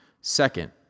Second